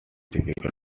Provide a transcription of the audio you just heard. difficult